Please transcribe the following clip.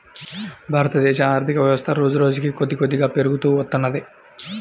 భారతదేశ ఆర్ధికవ్యవస్థ రోజురోజుకీ కొద్దికొద్దిగా పెరుగుతూ వత్తున్నది